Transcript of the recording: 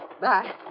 Bye